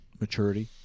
maturity